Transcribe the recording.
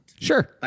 Sure